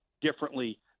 differently